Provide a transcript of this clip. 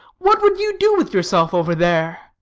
what would you do with yourself over there?